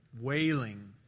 wailing